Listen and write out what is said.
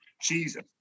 Jesus